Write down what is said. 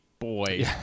Boy